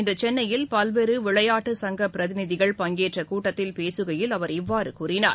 இன்று சென்னையில் பல்வேறு விளையாட்டுச் சங்க பிரதிநிதிகள் பங்கேற்ற கூட்டத்தில் பேசுகையில் அவர் இவ்வாறு கூறினார்